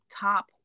top